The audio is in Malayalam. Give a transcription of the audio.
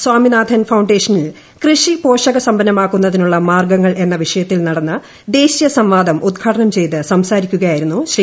സ്വാമിനാഥൻ ഫൌണ്ടേഷനിൽ കൃഷി പോഷക സമ്പന്നമാക്കുന്ന തിനുള്ള മാർഗ്ഗങ്ങൾ എന്ന വിഷയ്ത്തിൽ നടന്ന ദേശീയ സംവാദം ഉദ്ഘാടനം ചെയ്ത് സംസാരിക്കുകയായിരുന്നു ശ്രീ